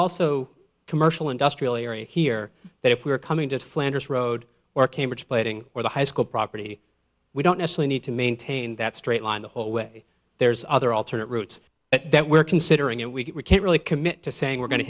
also a commercial industrial area here that if we are coming to flanders road or cambridge plating or the high school property we don't actually need to maintain that straight line the whole way there's other alternate routes at that we're considering and we can't really commit to saying we're going to